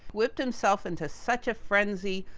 whipped himself into such a frenzy,